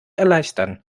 erleichtern